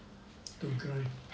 to grind